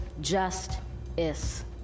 just-is